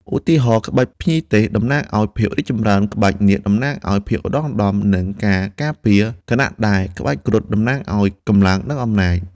ឧទាហរណ៍ ក្បាច់ភ្ញីទេសតំណាងឱ្យភាពរីកចម្រើន ក្បាច់នាគតំណាងឱ្យភាពឧត្តុង្គឧត្តម និងការការពារ ខណៈដែលក្បាច់គ្រុឌតំណាងឱ្យកម្លាំង និងអំណាច។